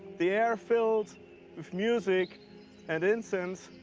the air filled with music and incense.